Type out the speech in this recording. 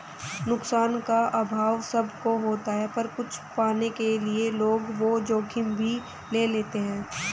नुकसान का अभाव सब को होता पर कुछ पाने के लिए लोग वो जोखिम भी ले लेते है